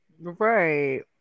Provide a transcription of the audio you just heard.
Right